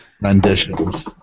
renditions